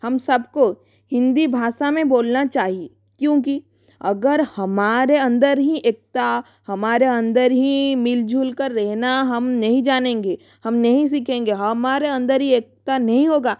हम सब को हिन्दी भाषा में बोलना चाहिए क्योंकि अगर हमारे अंदर ही एकता हमारे अंदर ही मिल झूल कर रहना हम नहीं जानेंगे हम नहीं सीखेंगे हमारे अंदर ही एकता नहीं होगा